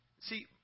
see